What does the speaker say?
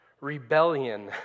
rebellion